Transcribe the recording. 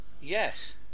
Yes